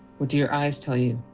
what do your eyes tell you?